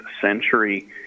century